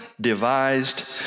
devised